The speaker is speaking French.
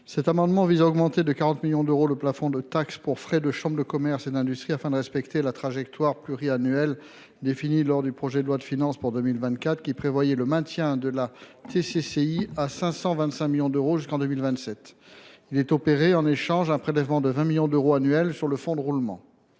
Cet amendement vise à augmenter de 40 millions d’euros le plafond de taxes pour frais de chambres de commerce et d’industrie, afin de respecter la trajectoire pluriannuelle définie lors du projet de loi de finances pour 2024, qui prévoyait le maintien de la TCCI à 525 millions d’euros jusqu’en 2027. En échange, il est opéré un prélèvement de 20 millions d’euros annuels sur le fonds de roulement.